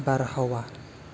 बारहावा